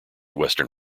western